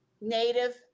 Native